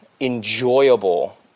enjoyable